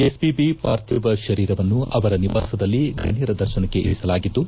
ಎಸ್ಪಿಐಿ ಪಾರ್ಥಿವ ಶರೀರವನ್ನು ಅವರ ನಿವಾಸದಲ್ಲಿ ಗಣ್ಣರ ದರ್ಶನಕ್ಕೆ ಇರಿಸಲಾಗಿದ್ದು